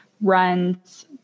runs